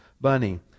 bunny